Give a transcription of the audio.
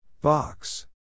Box